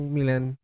Milan